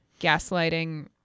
gaslighting